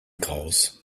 graus